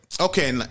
okay